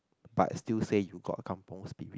but still say you got a kampung spirit